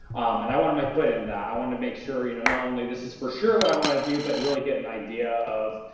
and i wanted my foot in that i wanted to make sure, you know, not only this is for sure what i wanna do but really get an idea